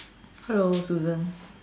hello Susan